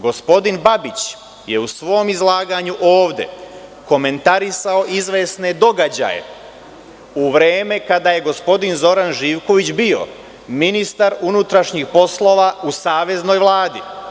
Gospodin Babić je u svom izlaganju ovde komentarisao izvesne događaje u vreme kada je gospodin Zoran Živković bio ministar unutrašnjih poslova u Saveznoj vladi.